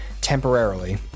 temporarily